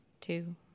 two